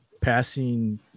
passing